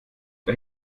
der